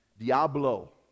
diablo